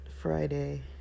Friday